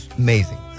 amazing